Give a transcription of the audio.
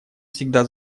всегда